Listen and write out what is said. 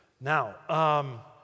Now